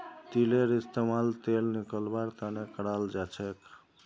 तिलेर इस्तेमाल तेल निकलौव्वार तने कराल जाछेक